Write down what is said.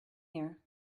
here